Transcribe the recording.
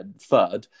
third